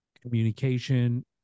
communication